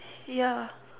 ya